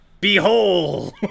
behold